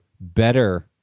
better